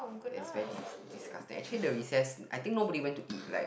it is very dis~ disgusting actually the recess I think nobody went to eat like